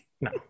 No